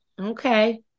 Okay